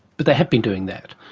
but they have been doing that.